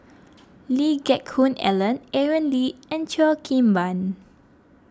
Lee Geck Hoon Ellen Aaron Lee and Cheo Kim Ban